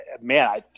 man